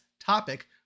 topic